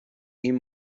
این